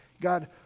God